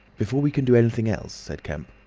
before we can do anything else, said kemp,